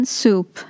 soup